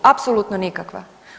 Apsolutno nikakva.